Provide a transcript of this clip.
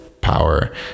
power